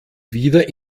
wieder